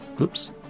Oops